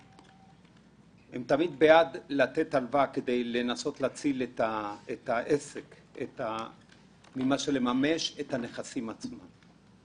הם בעד לתת הלוואה כדי לנסות להציל את העסק מאשר לממש את הנכסים עצמם.